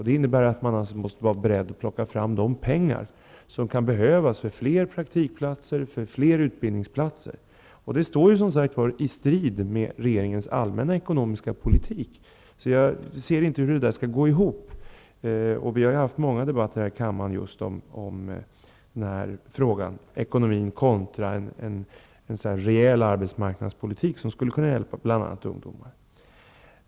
Det innebär att man måste vara beredd att plocka fram de pengar som kan behövas för fler praktikplatser och fler utbildningsplatser. Det står i strid med regeringens allmänna ekonomiska politik. Jag kan inte se hur detta skall gå ihop. Vi har haft många debatter här i kammaren om just den frågan, dvs. ekonomin kontra en rejäl arbetsmarknadspolitik som skulle kunna hjälpa bl.a. ungdomar.